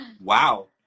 wow